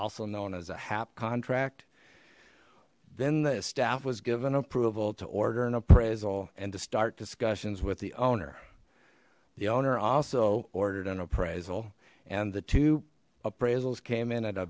also known as a hap contract then the staff was given approval to order an appraisal and to start discussions with the owner the owner also ordered an appraisal and the two appraisals came in at